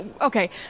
Okay